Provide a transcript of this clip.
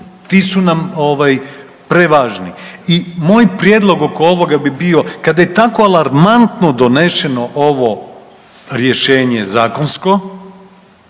ti su nam prevažni. I moj prijedlog oko ovoga bi bio kada je tako alarmantno donešeno ovo rješenje zakonsko,